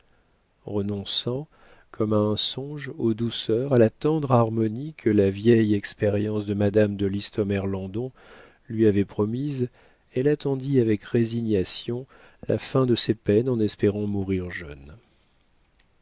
renonçant comme à un songe aux douceurs à la tendre harmonie que la vieille expérience de madame de listomère landon lui avait promise elle attendit avec résignation la fin de ses peines en espérant mourir jeune